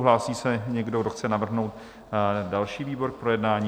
Hlásí se někdo, kdo chce navrhnout další výbor k projednání?